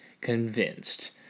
convinced